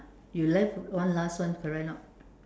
you left one last one correct or not